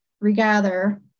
regather